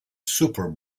super